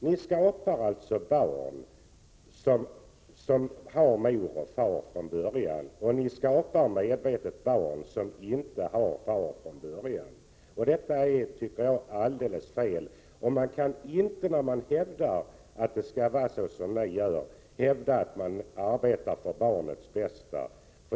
Ni skapar alltså barn som har mor och far från början, och ni skapar medvetet barn som inte har någon far från början. Detta är alldeles fel. När ni säger att det skall vara så, kan ni inte samtidigt påstå att ni arbetar för barnets bästa.